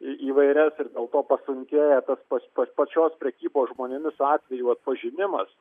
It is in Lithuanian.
į įvairias ir dėl to pasunkėja tas pats pa pačios prekybos žmonėmis atvejų atpažinimas